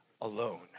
alone